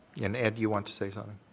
and ed you want to say something?